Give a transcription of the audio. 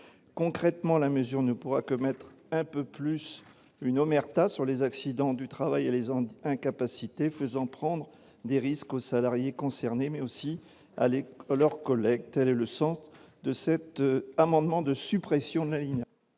concrètement, la mesure ne pourra commettre un peu plus une omerta sur les accidents du travail et les Andes incapacité faisant prendre des risques aux salariés concernés, mais aussi à l'école, leurs collègues était le sens de cet amendement de suppression de la ligne.